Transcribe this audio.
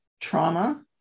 trauma